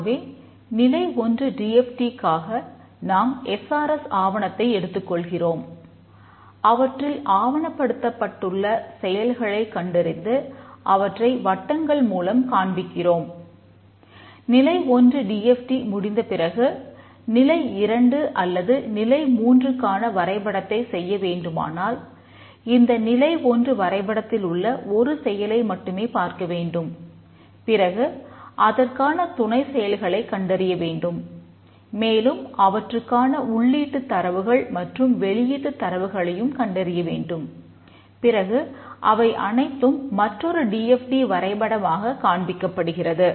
ஆகவே நிலை 1 D F D வரைபடமாக காண்பிக்கப்படுகிறது